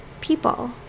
people